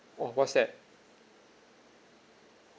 oh what's that